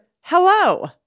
hello